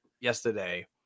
yesterday